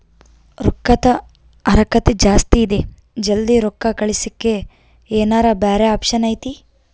ರೊಕ್ಕದ ಹರಕತ್ತ ಜಾಸ್ತಿ ಇದೆ ಜಲ್ದಿ ರೊಕ್ಕ ಕಳಸಕ್ಕೆ ಏನಾರ ಬ್ಯಾರೆ ಆಪ್ಷನ್ ಐತಿ?